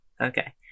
Okay